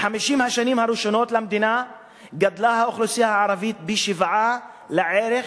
"ב-50 השנים הראשונות למדינה גדלה האוכלוסייה הערבית פי-שבעה לערך.